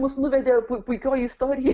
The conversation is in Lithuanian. mus nuvedė pui puikioji istorija